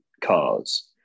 cars